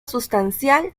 sustancial